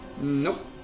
Nope